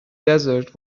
desert